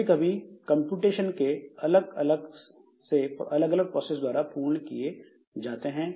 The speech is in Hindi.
कभी कभी कंप्यूटेशन के अलग अलग हिस्से अलग अलग प्रोसेस द्वारा पूर्ण किए जाते हैं